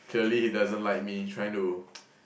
clearly he doesn't like me trying to